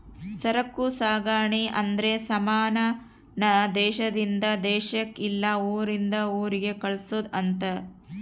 ಸರಕು ಸಾಗಣೆ ಅಂದ್ರೆ ಸಮಾನ ನ ದೇಶಾದಿಂದ ದೇಶಕ್ ಇಲ್ಲ ಊರಿಂದ ಊರಿಗೆ ಕಳ್ಸದ್ ಅಂತ